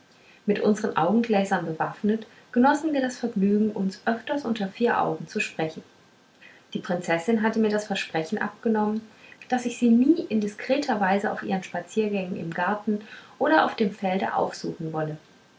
mit unsern augengläsern bewaffnet genossen wir das vergnügen uns öfters unter vier augen zu sprechen die prinzessin hatte mir das versprechen abgenommen daß ich sie nie in diskreter weise auf ihren spaziergängen im garten oder auf dem felde aufsuchen wolle